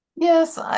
Yes